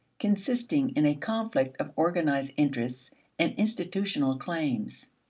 consisting in a conflict of organized interests and institutional claims.